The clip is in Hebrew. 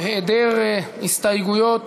בהיעדר הסתייגויות,